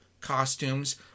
costumes